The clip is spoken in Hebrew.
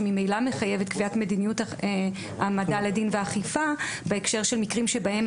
שממילא מחייבת קביעת מדיניות העמדה לדין ואכיפה בהקשר של מקרים שבהם